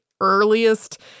earliest